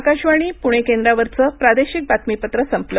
आकाशवाणी प्णे केंद्रावरचं प्रादेशिक बातमीपत्र संपलं